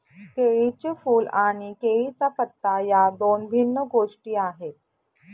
केळीचे फूल आणि केळीचा पत्ता या दोन भिन्न गोष्टी आहेत